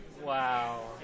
Wow